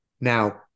now